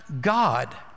God